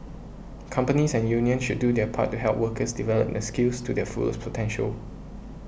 companies and unions should do their part to help workers develop their skills to their fullest potential